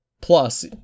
Plus